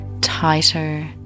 tighter